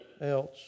else